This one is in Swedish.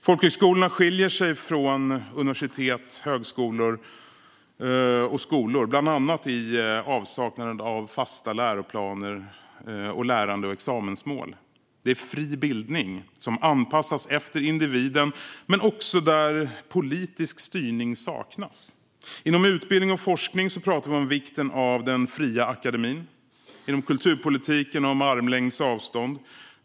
Folkhögskolorna skiljer sig från universitet, högskolor och skolor bland annat i avsaknaden av fasta läroplaner och lärande och examensmål. Det är fri bildning, som anpassas efter individen och där politisk styrning saknas. Inom utbildning och forskning talar vi om vikten av den fria akademin. Inom kulturpolitiken talar vi om armlängds avstånd.